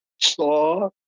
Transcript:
saw